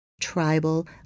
tribal